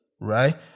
right